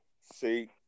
See